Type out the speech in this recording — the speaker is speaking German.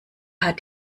hat